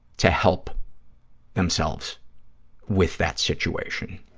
to help themselves with that situation.